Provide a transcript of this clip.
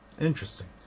Interesting